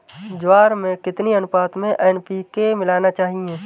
ज्वार में कितनी अनुपात में एन.पी.के मिलाना चाहिए?